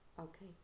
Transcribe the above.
okay